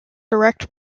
direct